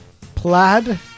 plaid